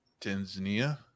Tanzania